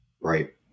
Right